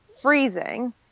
freezing